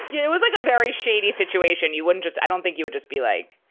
yeah it was like a very shady situation. you wouldn't just i don't think you would just be like,